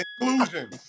inclusion